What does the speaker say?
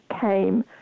came